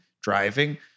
driving